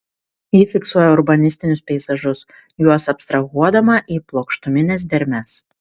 ji fiksuoja urbanistinius peizažus juos abstrahuodama į plokštumines dermes